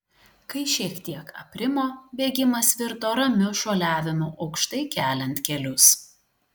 kai šiek tiek aprimo bėgimas virto ramiu šuoliavimu aukštai keliant kelius